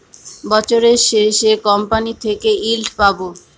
বছরের শেষে কোম্পানি থেকে ইল্ড পাবো